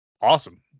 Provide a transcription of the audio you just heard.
Awesome